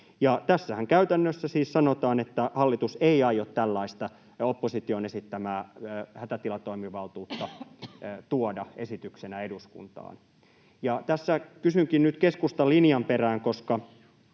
tässähän käytännössä siis sanotaan, että hallitus ei aio tällaista opposition esittämää hätätilatoimivaltuutta tuoda esityksenä eduskuntaan. Ja tässä kysynkin nyt keskustan linjan perään, koska